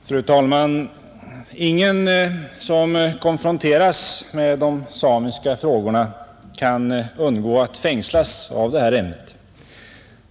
Fru talman! Ingen som konfronteras med de samiska frågorna kan undgå att fängslas av det här ämnet.